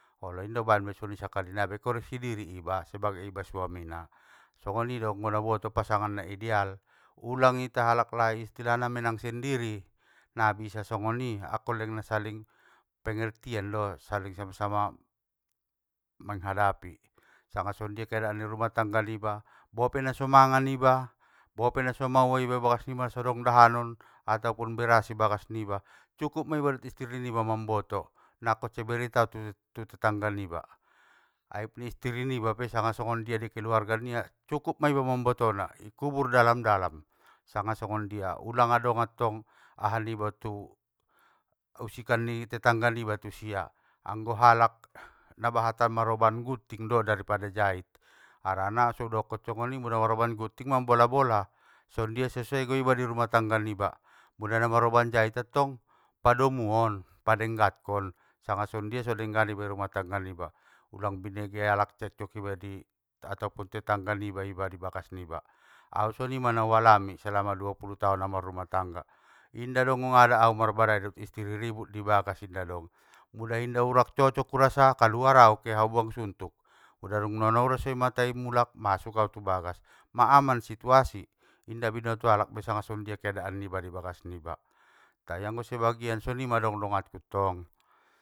Olo inda nau baen be sakali nai be songoni, koreksi diri iba sebagai iba suamina, songonido anggo nau boto pasangan na ideal, ulang ita halaklai istilahna menang sendiri, nabisa songoni, angkon leng nasaling pengertian do saling sama sama, manghadapi sanga songondia masalah ni rumah tangga niba bope nasomangan iba, bope nasomaoa iba ibagas niba nasoadong dahanon atopun beras i bagas niba, cukup meiba dot istiri niba mamboto, nangkon se i beritaon tu tetangga niba, aib ni istiri niba pe sanga songondia di keluarga nia, cukup! Ma iba mambotona! Ikubur dalam dalam sanga songondia, ulang adong attong aha niba tu, usikan ni tetangga niba tusia, anggo alak nabahatan maroban gutting do pado jait, harana so udokon songgoni, muda maroban gutting, mambola bola, songondia so sego iba i rumah tangga niba, mula na maroban jait attong, padomuon, padenggankon, sanga songondia so denggan iba i rumah tangga niba, ulang binege alak cekcok iba di atopun tetangga niba iba i bagas niba, au songonima naualami selama duapulu taon au namarumah tangga, inda dong ngungada au marbadai dot istiri ribut i bagas inda dong, mula inda urang cocok urasa, kaluar au! Ke au buang suntuk, mula dungnono urasa mata i mulak, masuk au tu bagas, ma aman situasi, inda binoto alak be sanga songondia keadaan niba ibagas niba, tei anggo sebagian songonima adong donganku tong.